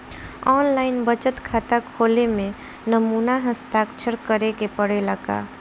आन line बचत खाता खोले में नमूना हस्ताक्षर करेके पड़ेला का?